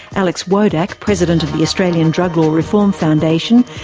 alex wodak, president of the australian drug law reform foundation,